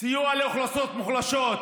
סיוע לאוכלוסיות מוחלשות,